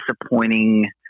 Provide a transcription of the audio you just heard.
disappointing